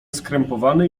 skrępowany